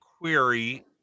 query